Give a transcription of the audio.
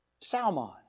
Salmon